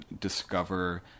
discover